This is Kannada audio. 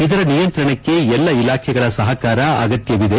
ಇದರ ನಿಯಂತ್ರಣಕ್ಕೆ ಎಲ್ಲ ಇಲಾಖೆಗಳ ಸಹಕಾರ ಅಗತ್ತವಿದೆ